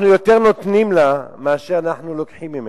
אנחנו יותר נותנים לה מאשר אנחנו לוקחים ממנה.